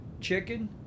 chicken